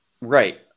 Right